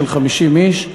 של 50 איש.